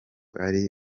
ari